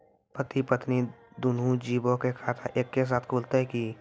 पति पत्नी दुनहु जीबो के खाता एक्के साथै खुलते की?